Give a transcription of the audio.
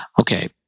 okay